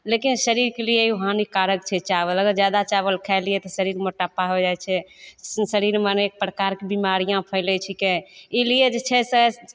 लेकिन शरीरके लिए ओ हानिकारक छै चाबल अगर जादा चाबल खाय लिए तऽ शरीर मोटापा हो जाइत छै शरीरमे मने अनेक प्रकारके बीमारियाँ फैलैत छिकै ई लिए जे छै से